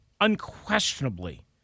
unquestionably